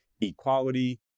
equality